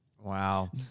Wow